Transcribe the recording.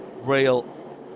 real